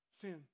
sin